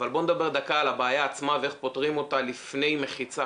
אבל בוא נדבר דקה על הבעיה עצמה ואיך פותרים אותה לפני מחיצה,